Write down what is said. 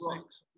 six